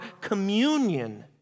communion